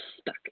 stuck